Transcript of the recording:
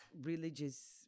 religious